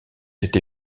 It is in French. été